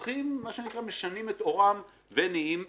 משנים את עורם ונהיים בנקאיים.